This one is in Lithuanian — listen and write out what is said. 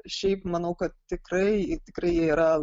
šiaip manau kad tikrai tikrai jie yra